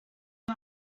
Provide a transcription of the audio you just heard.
how